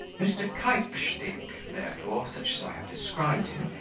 mr. keypstick, therefore, such as i have described him,